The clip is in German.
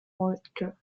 moltke